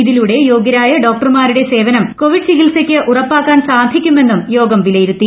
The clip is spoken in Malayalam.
ഇതിലൂടെ യോഗ്യരായ ഡോക്ടർമാരുടെ സേവനം കോവിഡ് ചികിത്സയ്ക്ക് ഉറപ്പാക്കാൻ സാധിക്കുമെന്നും യോഗം വിലയിരുത്തി